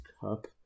cup